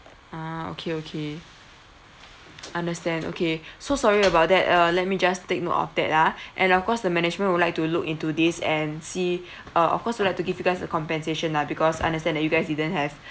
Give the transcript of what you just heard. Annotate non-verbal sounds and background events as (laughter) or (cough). ah okay okay understand okay (breath) so sorry about that uh let me just take note of that ah (breath) and of course the management would like to look into this and see (breath) uh of course we like to give you guys a compensation lah because understand that you guys didn't have